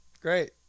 Great